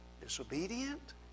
disobedient